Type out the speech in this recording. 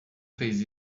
fez